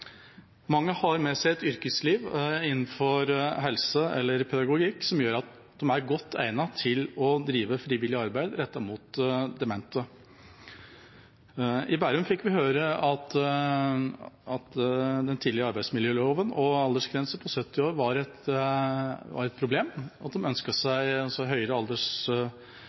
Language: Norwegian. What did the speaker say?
Mange har med seg et yrkesliv innenfor helse eller pedagogikk som gjør at de er godt egnet til å drive frivillig arbeid rettet mot demente. I Bærum fikk vi høre at den tidligere arbeidsmiljøloven og aldersgrensen på 70 år var et problem, og at de ønsket seg høyere aldersgrense for å kunne ansette noen frivillige, særlig for å kunne skolere dem og